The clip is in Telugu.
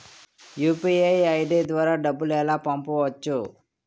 యు.పి.ఐ ఐ.డి ద్వారా డబ్బులు ఎలా పంపవచ్చు?